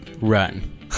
run